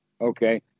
Okay